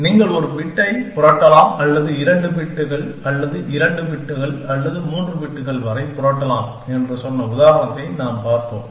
நீங்கள் 1 பிட்டை புரட்டலாம் அல்லது 2 பிட்கள் அல்லது 2 பிட்கள் அல்லது 3 பிட்கள் வரை புரட்டலாம் என்று சொன்ன உதாரணத்தை நாம் பார்த்தோம்